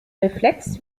reflex